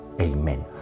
Amen